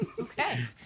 Okay